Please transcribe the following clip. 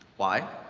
why?